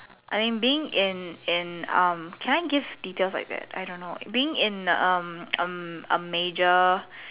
I mean being in in um can I give details like that I don't know being in um um a major